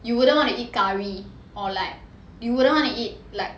you wouldn't want to eat curry or like you wouldn't want to eat like